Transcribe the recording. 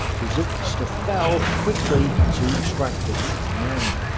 dzukste ah fell quickly to strachwitz's men.